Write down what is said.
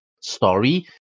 story